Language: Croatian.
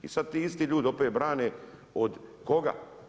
I sad ti isti ljudi opet brane od koga?